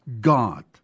God